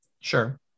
Sure